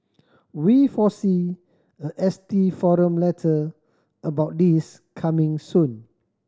we foresee a S T forum letter about this coming soon